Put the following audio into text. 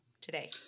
today